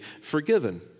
forgiven